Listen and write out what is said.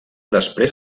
després